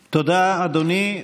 תודה, אדוני.